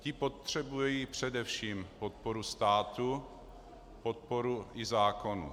Ti potřebují především podporu státu, podporu i zákonů.